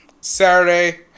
Saturday